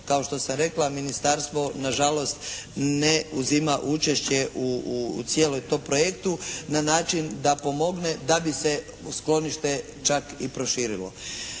kao što sam rekla ministarstvo nažalost ne uzima učešće u cijelom tom projektu na način da pomogne da bi se sklonište čak i proširilo.